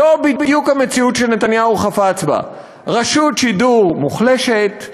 זאת בדיוק המציאות שנתניהו חפץ בה: רשות שידור מוחלשת,